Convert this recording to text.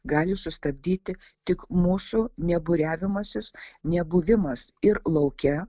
gali sustabdyti tik mūsų nebūriavimasis nebuvimas ir lauke